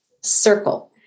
Circle